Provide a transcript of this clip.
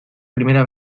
primera